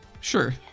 sure